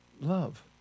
Love